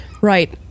Right